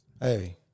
Hey